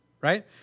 right